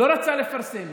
לא רצה לפרסם.